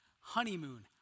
Honeymoon